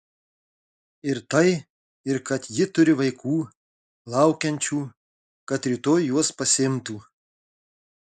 ir tai ir kad ji turi vaikų laukiančių kad rytoj juos pasiimtų